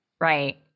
Right